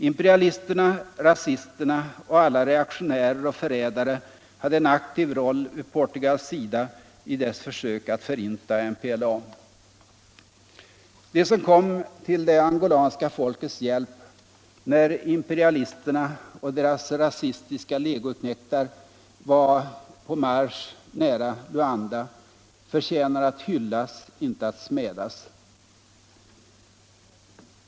Imperialisterna, rasisterna och alla reaktionärer och förrädare hade en aktiv roll vid Portugals sida 1 dess försök att förinta MPLA.” De som kom till det angolanska folkets hjälp när imperialisterna och deras rasistiska legoknektar var på marsch och nått nästan fram vill Luanda förtjänar att hyllas, inte att smädas.